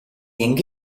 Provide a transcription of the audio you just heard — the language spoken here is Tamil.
எங்க